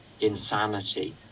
insanity